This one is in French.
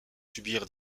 subir